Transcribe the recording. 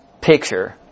picture